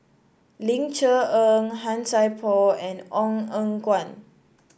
Ling Cher Eng Han Sai Por and Ong Eng Guan